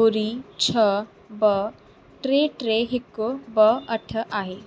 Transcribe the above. ॿुड़ी छ ॿ टे टे हिकु ॿ अठ आहे